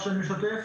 מצגת.